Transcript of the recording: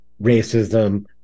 racism